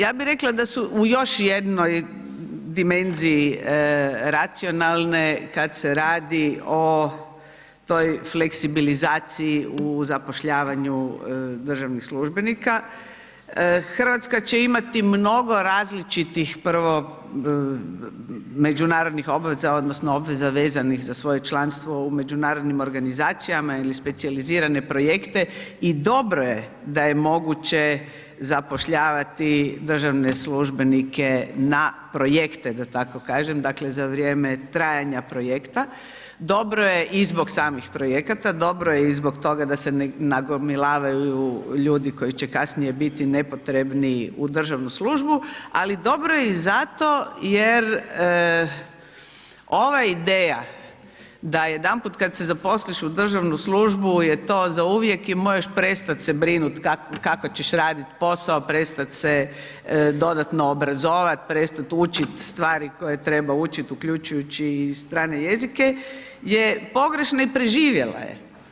Ja bi rekla da su u još jednoj dimenziji racionalne kad se radi o toj fleksibilizciji u zapošljavanju državnih službenika, Hrvatska će imati mnogo različitih prvo međunarodnih obaveza odnosno obveza vezanih za svoje članstvo u međunarodnim organizacijama ili specijalizirane projekte i dobro je da je moguće zapošljavati državne službenike na projekte da tako kažem, dakle za vrijeme trajanja projekta, dobro je i zbog samih projekata, dobro je i zbog toga da se ne nagomilavaju ljudi koji će kasnije biti nepotrebni u državnu službu ali dobro je i zato jer ova ideja da jedanput kad se zaposliš u državnu službu je to zauvijek i možeš prestat se brinut kako ćeš radi posao, prestat se dodatno obrazovat, prestat učit stvari koje treba učiti uključujući i strane jezike je pogrešna i preživjela je.